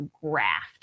graft